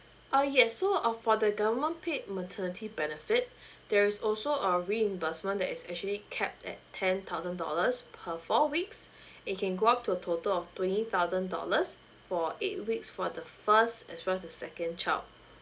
uh yes so uh for the government paid maternity benefit there is also a reimbursement that is actually capped at ten thousand dollars per four weeks and it can go up to a total of twenty thousand dollars for eight weeks for the first as well as the second child